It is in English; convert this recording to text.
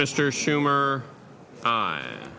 mr schumer a